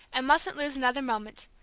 and mustn't lose another moment.